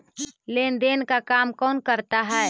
लेन देन का काम कौन करता है?